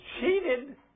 cheated